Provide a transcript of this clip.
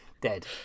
Dead